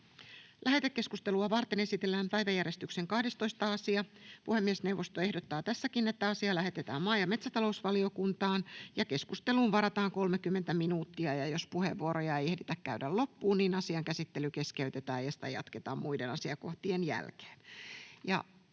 Lähetekeskustelua varten esitellään päiväjärjestyksen 10. asia. Puhemiesneuvosto ehdottaa, että asia lähetetään maa- ja metsätalousvaliokuntaan. Keskusteluun varataan enintään 30 minuuttia. Jos puhujalistaa ei ehditä käydä loppuun, asian käsittely keskeytetään ja sitä jatketaan muiden asiakohtien jälkeen.